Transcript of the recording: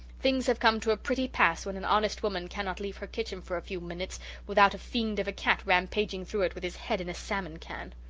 things have come to a pretty pass when an honest woman cannot leave her kitchen for a few minutes without a fiend of a cat rampaging through it with his head in a salmon can.